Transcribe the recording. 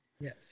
Yes